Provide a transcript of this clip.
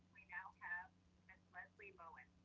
we now have ms. leslie moen.